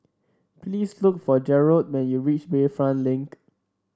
please look for Gerold when you reach Bayfront Link